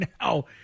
now